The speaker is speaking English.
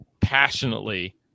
passionately